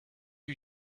you